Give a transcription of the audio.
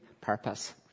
purpose